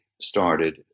started